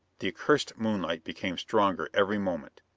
the accursed moonlight became stronger every moment.